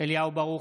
אליהו ברוכי,